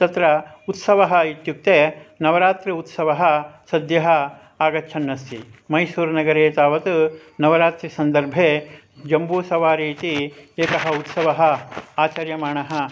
तत्र उत्सवः इत्युक्ते नवरात्रि उत्सवः सद्यः आगच्छन्नस्ति मैसूरुनगरे तावत् नवरात्रिसन्दर्भे जम्बूसवारि इति एकः उत्सवः आचर्यमाणः